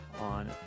on